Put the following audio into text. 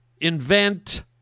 invent